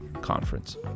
Conference